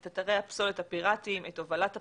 את אתרי הפסולת הפירטיים, את הובלת הפסולת,